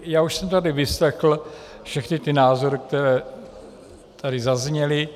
Já už jsem tady vyslechl všechny názory, které tady zazněly.